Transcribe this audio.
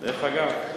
דרך אגב.